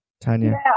Tanya